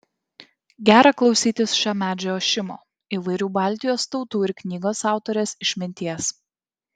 gera klausytis šio medžio ošimo įvairių baltijos tautų ir knygos autorės išminties